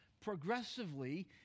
Progressively